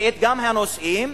וגם הנושאים,